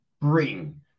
bring